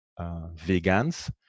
vegans